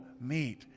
meet